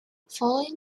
following